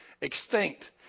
extinct